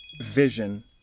vision